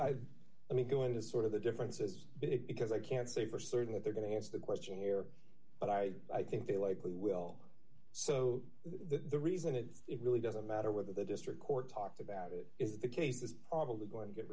let me go into sort of the difference is it because i can't say for certain that they're going to answer the question here but i i think they likely will so the reason it really doesn't matter whether the district court talked about it is the case is probably going to get